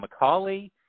McCauley